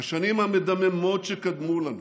השנים המדממות שקדמו לנו,